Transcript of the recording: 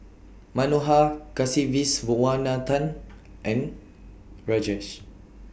Manohar Kasiviswanathan and Rajesh